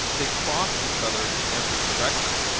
they cross each other in every direction